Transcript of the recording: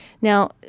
Now